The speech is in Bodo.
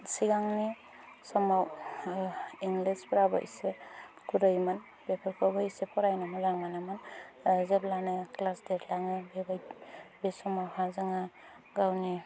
सिगांनि समाव इंलिसब्लाबो एसे गुरैमोन बेफोरखौबो एसे फरायनो मोजां मोनोमोन जेब्लानो क्लास देरलाङो बेबायदि बे समावहा जोंहा गावनि